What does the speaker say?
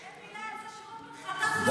אין מילה על זה שרוטמן חטף מגפון?